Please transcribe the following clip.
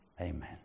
Amen